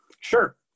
Sure